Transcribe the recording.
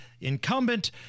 incumbent